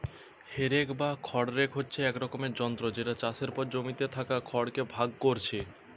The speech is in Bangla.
হে রেক বা খড় রেক হচ্ছে এক রকমের যন্ত্র যেটা চাষের পর জমিতে থাকা খড় কে ভাগ কোরছে